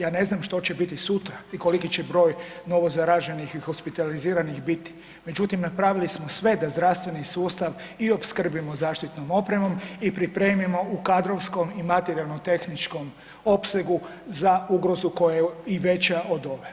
Ja ne znam što će biti sutra i koliki će broj novozaraženih i hospitaliziranih biti, međutim napravili smo sve da zdravstveni sustav i opskrbimo zaštitnom opremom i pripremimo u kadrovskom i materijalno tehničkom opsegu za ugrozu koja je i veća od ove.